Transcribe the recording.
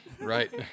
right